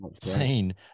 seen